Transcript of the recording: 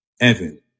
Evan